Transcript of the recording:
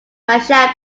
michelle